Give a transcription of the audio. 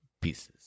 pieces